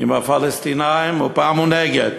עם הפלסטינים ופעם הוא נגד.